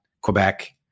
Quebec